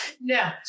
no